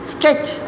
Stretch